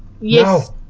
Yes